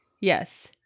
Yes